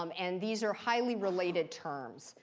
um and these are highly related terms.